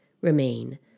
remain